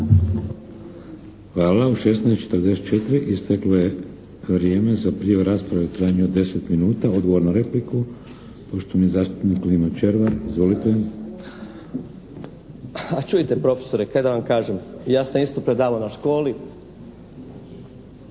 Hvala. U 16,44 isteklo je vrijeme za prijavu rasprave u trajanju od 10 minuta. Odgovor na repliku, poštovani zastupnik Lino Červar. Izvolite. **Červar, Lino (HDZ)** A čujte, profesore, kaj da vam kažem? Ja sam isto predavao na školi.